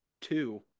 two